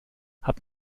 hat